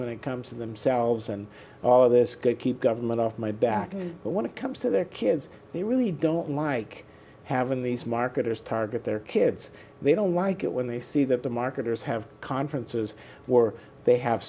when it comes to themselves and all of this keep government off my back but when it comes to their kids they really don't like having these marketers target their kids they don't like it when they see that the marketers have conferences were they have